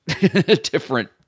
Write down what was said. different